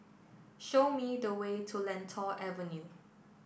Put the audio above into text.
show me the way to Lentor Avenue